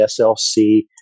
SLC